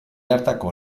hartako